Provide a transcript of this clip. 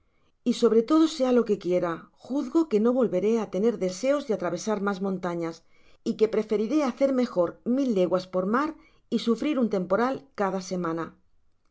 y sobre todo sea lo que quiera juzgo que no volveré á tener deseos de atravesar mas montañas y que preferiré hacer mejor mil leguas por mar y sufrir un temporal cada semana